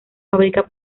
fábrica